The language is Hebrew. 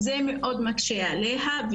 זה מאוד מקשה עליה,